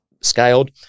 scaled